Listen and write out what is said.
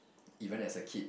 even as a kid